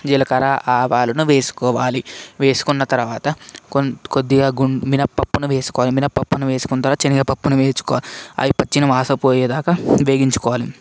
జీలకర్ర ఆవాలను వేసుకోవాలి వేసుకున్న తర్వాత కొన్ కొద్దిగా మీనపప్పును వేసుకోవాలి మినపప్పును వేసుకున్నతర్వాత శనగపప్పును వేసుకోవాలి అవి పచ్చి వాసన పోయే దాకా వేయించుకోవాలి